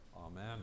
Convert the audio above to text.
Amen